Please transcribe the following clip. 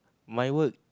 my work